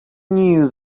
knew